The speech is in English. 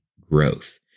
growth